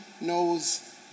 knows